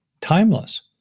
timeless